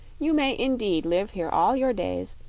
you may indeed live here all your days,